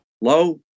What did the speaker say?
low